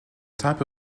type